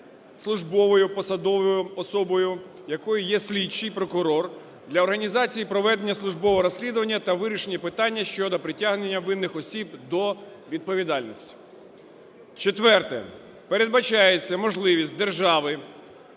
службовою посадовою особою якою є слідчий, прокурор, для організації проведення службового розслідування та вирішення питання щодо притягнення винних осіб до відповідальності. Четверте. Передбачається можливість держави